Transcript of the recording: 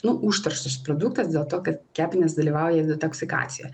nu užterštas produktas dėl to kad kepenys dalyvauja detoksikacijoj